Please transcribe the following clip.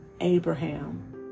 Abraham